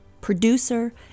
producer